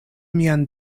mian